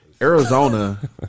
Arizona